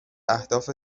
اهداف